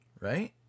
right